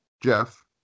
Jeff